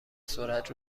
سرعت